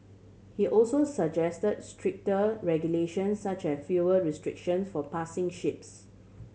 he also suggest stricter regulation such as fuel restrictions for passing ships